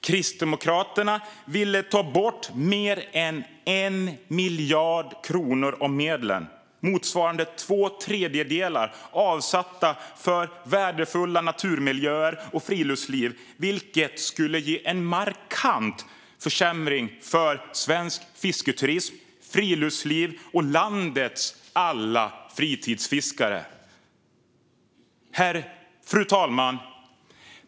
Kristdemokraterna ville ta bort mer än 1 miljard kronor av de medel, motsvarande två tredjedelar, som avsatts för värdefulla naturmiljöer och friluftsliv, vilket skulle ge en markant försämring för svensk fisketurism, friluftsliv och landets alla fritidsfiskare. Fru talman!